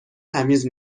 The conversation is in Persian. تمیز